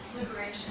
liberation